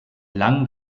lang